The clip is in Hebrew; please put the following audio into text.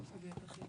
אתמול זה היה חידוד.